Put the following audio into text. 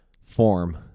form